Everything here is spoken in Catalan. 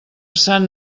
sant